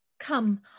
Come